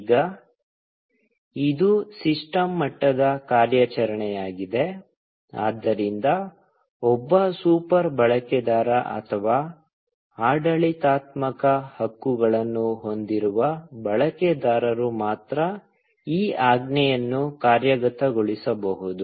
ಈಗ ಇದು ಸಿಸ್ಟಮ್ ಮಟ್ಟದ ಕಾರ್ಯಾಚರಣೆಯಾಗಿದೆ ಆದ್ದರಿಂದ ಒಬ್ಬ ಸೂಪರ್ ಬಳಕೆದಾರ ಅಥವಾ ಆಡಳಿತಾತ್ಮಕ ಹಕ್ಕುಗಳನ್ನು ಹೊಂದಿರುವ ಬಳಕೆದಾರರು ಮಾತ್ರ ಈ ಆಜ್ಞೆಯನ್ನು ಕಾರ್ಯಗತಗೊಳಿಸಬಹುದು